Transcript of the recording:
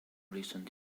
recent